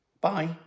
Bye